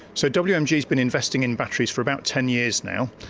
so wmg has been investing in batteries for about ten years now.